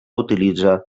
utilitza